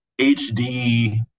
HD